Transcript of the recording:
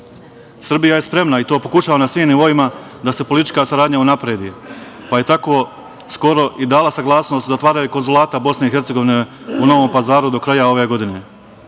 je spremna i to se pokušava na svim nivoima, da se politička saradnja unapredi, pa je tako skoro i dala saglasnost za otvaranje konzulata Bosne i Hercegovine u Novom Pazaru do kraja ove godine.